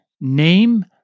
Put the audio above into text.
name